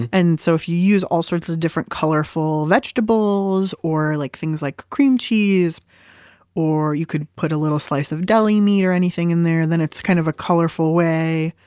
and so, if you use all sorts of different colorful vegetables, or like things like cream cheese or you could put a little slice of deli meat or anything in there, then it's kind of a colorful way,